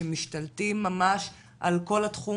ששמענו כאן שמשתלטים ממש על כל התחום